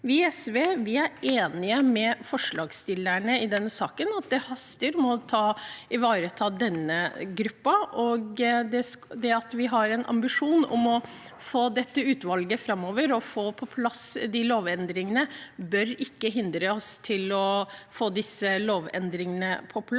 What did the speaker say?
Vi i SV er enige med forslagsstillerne i denne saken om at det haster med å ivareta denne gruppen. Det at vi har en ambisjon om å få dette utvalget framover og å få på plass de lovendringene, bør ikke hindre oss i å få disse lovendringene på plass